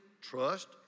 trust